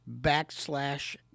backslash